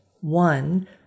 One